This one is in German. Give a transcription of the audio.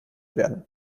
werden